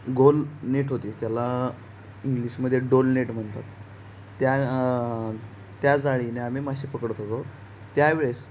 गोल net होती त्याला इंग्लिशमध्ये डोल नेट म्हणतात त्या त्या जाळीने आम्ही मासे पकडत होतो त्यावेळेस